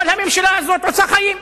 אבל הממשלה הזאת עושה חיים.